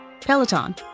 peloton